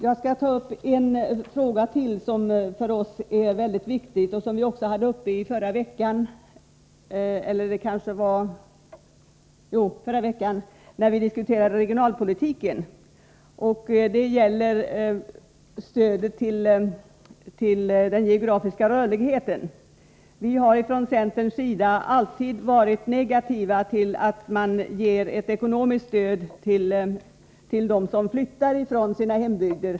Jag skall ta upp en fråga som jag anser vara mycket viktig och som också diskuterades förra veckan i samband med regionalpolitiken. Det gäller stödet för geografisk rörlighet. Centern har alltid varit negativ till att ge ett ekonomiskt stöd till dem som flyttar från hembygden.